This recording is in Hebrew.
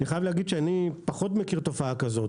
אני חייב להגיד שאני פחות מכיר תופעה כזאת,